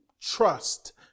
trust